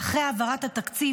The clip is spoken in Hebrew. אחרי העברת התקציב,